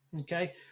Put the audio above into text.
Okay